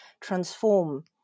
transform